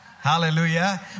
Hallelujah